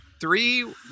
three